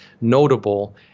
notable